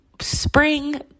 spring